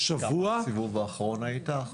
השבוע --- כמה בסיבוב האחרון שהיית?